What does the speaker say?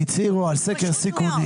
הם הצהירו על סקר סיכוני,